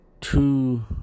two